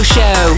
Show